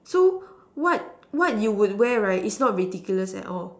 so what what would you wear is not ridiculous at all